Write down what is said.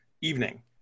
evening